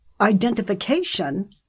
identification